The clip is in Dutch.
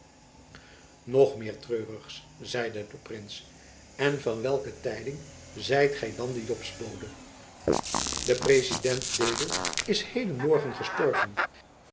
nog meer treurigs zeide de prins en van welke tijding zijt gy dan de jobsbode de president dedel is heden morgen gestorven